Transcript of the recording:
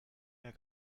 mehr